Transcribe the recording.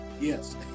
Yes